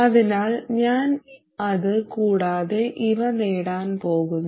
അതിനാൽ ഞാൻ അത് കൂടാതെ ഇവ നേടാൻ പോകുന്നു